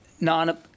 non